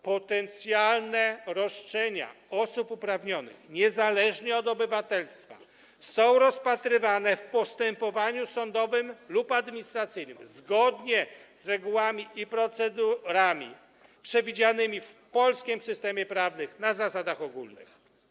Potencjalne roszczenia osób uprawnionych, niezależnie od ich obywatelstwa, są rozpatrywane w postępowaniu sądowym lub administracyjnym zgodnie z regułami i procedurami przewidzianymi w polskim systemie prawnym na zasadach ogólnych.